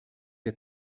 der